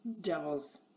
Devil's